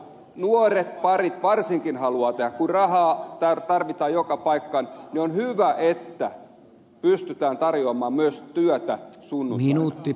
nuoret parit varsinkin haluavat tehdä kun rahaa tarvitaan joka paikkaan joten on hyvä että pystytään tarjoamaan myös työtä sunnuntaina